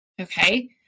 okay